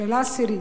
שאלה עשירית: